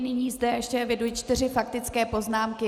Nyní zde ještě eviduji čtyři faktické poznámky.